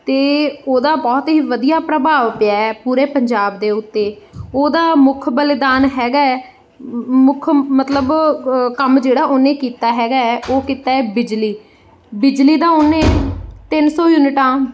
ਅਤੇ ਉਹਦਾ ਬਹੁਤ ਹੀ ਵਧੀਆ ਪ੍ਰਭਾਵ ਪਿਆ ਹੈ ਪੂਰੇ ਪੰਜਾਬ ਦੇ ਉੱਤੇ ਉਹਦਾ ਮੁੱਖ ਬਲਿਦਾਨ ਹੈਗਾ ਹੈ ਮੁੱਖ ਮਤਲਬ ਕੰਮ ਜਿਹੜਾ ਉਹਨੇ ਕੀਤਾ ਹੈਗਾ ਹੈ ਉਹ ਕੀਤਾ ਬਿਜਲੀ ਬਿਜਲੀ ਦਾ ਉਹਨੇ ਤਿੰਨ ਸੌ ਯੂਨਿਟਾਂ